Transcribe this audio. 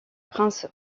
prince